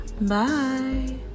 Bye